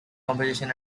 composition